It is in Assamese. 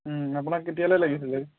ও আপোনাক কেতিয়ালে লাগিছিলে